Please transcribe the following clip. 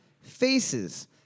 faces